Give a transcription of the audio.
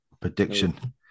Prediction